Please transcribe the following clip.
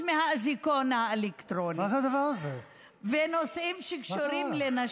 מהאזיקון האלקטרוני ונושאים שקשורים לנשים.